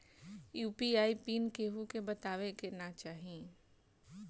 UPI PIN केहू के बतावे के ना चाही